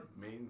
main